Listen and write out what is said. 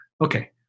Okay